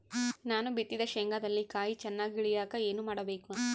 ನಾನು ಬಿತ್ತಿದ ಶೇಂಗಾದಲ್ಲಿ ಕಾಯಿ ಚನ್ನಾಗಿ ಇಳಿಯಕ ಏನು ಮಾಡಬೇಕು?